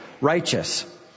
righteous